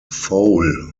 foal